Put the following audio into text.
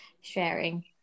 sharing